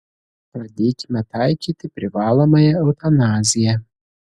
pradėkime taikyti privalomąją eutanaziją